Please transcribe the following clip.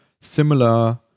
similar